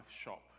shop